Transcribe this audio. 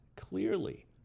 clearly